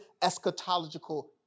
eschatological